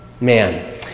man